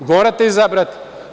Morate izabrati.